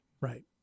Right